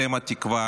אתם התקווה.